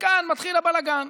וכאן מתחיל הבלגן.